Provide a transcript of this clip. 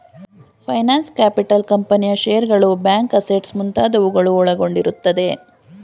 finance capital ಕಂಪನಿಯ ಶೇರ್ಸ್ಗಳು, bank assets ಮುಂತಾದವುಗಳು ಒಳಗೊಂಡಿರುತ್ತದೆ